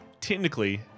Technically